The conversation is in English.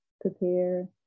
prepare